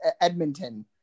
Edmonton